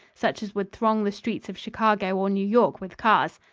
such as would throng the streets of chicago or new york with cars.